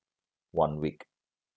one week